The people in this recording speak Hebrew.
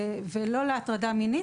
ולא להטרדה מינית,